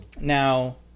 Now